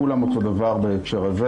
כולם אותו דבר בהקשר הזה.